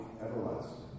everlasting